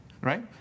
right